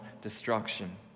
destruction